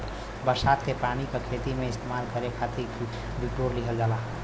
बरसात के पानी क खेती में इस्तेमाल करे खातिर बिटोर लिहल जाला